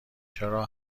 چرا